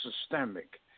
systemic